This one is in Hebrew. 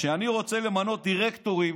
כשאני רוצה למנות דירקטורים,